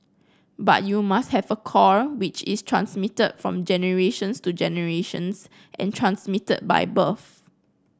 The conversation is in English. but you must have a core which is transmitted from generations to generations and transmitted by birth